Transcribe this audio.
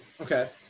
Okay